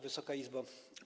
Wysoka Izbo!